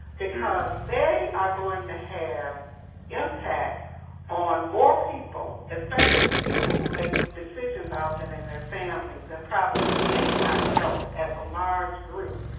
because they are going to have impact on more people, especially the people who make decisions often in their families, and probably anybody else as a large group.